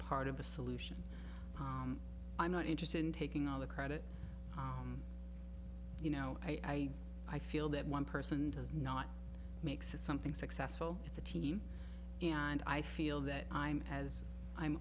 part of the solution i'm not interested in taking all the credit you know i i feel that one person does not make something successful it's a team and i feel that i'm as i'm